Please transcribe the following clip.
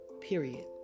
period